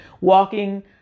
walking